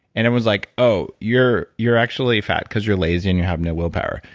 and it was like, oh, you're you're actually fat because you're lazy, and you have no willpower.